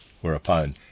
whereupon